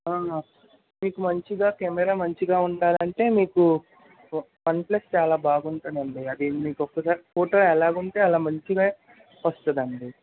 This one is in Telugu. మీకు మంచిగా కెమెరా మంచిగా ఉండాలంటే మీకు ఓ వన్ప్లస్ చాలా బాగుంటుంది అండి అది మీకు ఒకసారి ఫోటో ఎలాగంటే అలా మంచిగా వస్తుంది అండి